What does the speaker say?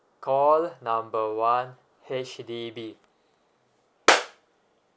call number one H_D_B